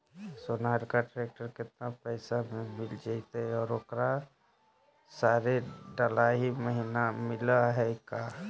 Sonalika tractor केतना पैसा में मिल जइतै और ओकरा सारे डलाहि महिना मिलअ है का?